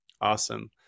Awesome